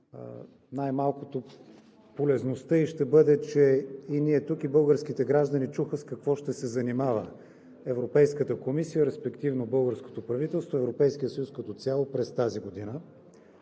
Най-малкото полезността ѝ ще бъде, че и ние тук, и българските граждани чуха с какво ще се занимава Европейската комисия, респективно българското правителство, Европейският съюз като цяло през тази година.